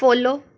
follow